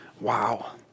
wow